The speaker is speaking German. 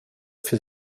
für